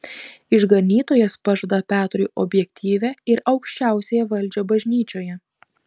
išganytojas pažada petrui objektyvią ir aukščiausiąją valdžią bažnyčioje